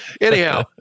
anyhow